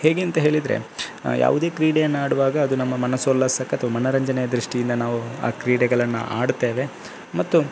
ಹೇಗೆ ಅಂತ ಹೇಳಿದ್ರೆ ನಾವು ಯಾವುದೇ ಕ್ರೀಡೆಯನ್ನಾಡುವಾಗ ಅದು ನಮ್ಮ ಮನಸೋಲ್ಲಾಸಕ್ಕೆ ಅಥವಾ ಮನರಂಜನೆಯ ದೃಷ್ಟಿಯಿಂದ ನಾವು ಆ ಕ್ರೀಡೆಗಳನ್ನು ಆಡುತ್ತೇವೆ ಮತ್ತು